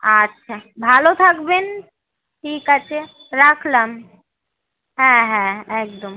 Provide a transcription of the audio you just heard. আচ্ছা ভালো থাকবেন ঠিক আছে রাখলাম হ্যাঁ হ্যাঁ একদম